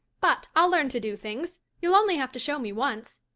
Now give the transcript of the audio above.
but i'll learn to do things. you'll only have to show me once.